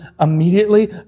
immediately